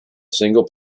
single